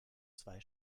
zwei